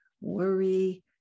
worry